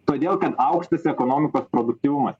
todėl kad aukštas ekonomikos produktyvumas